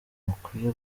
mukwiye